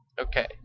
Okay